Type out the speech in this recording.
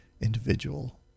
individual